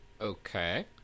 Okay